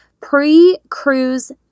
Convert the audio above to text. Pre-cruise